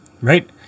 Right